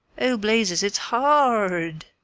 oh, blazes it's har-r-d!